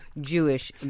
Jewish